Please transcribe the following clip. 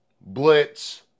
blitz